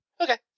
Okay